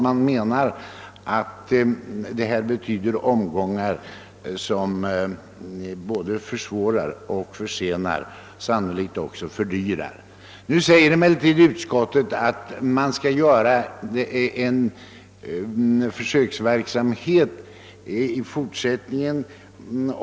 Man menar att ett dylikt förfarande betyder omgångar, som försvårar och försenar och som sannolikt också fördyrar. Nu anser emellertid utskottet att den föreslagna organisationen skall betraktas som ett försök.